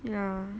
yeah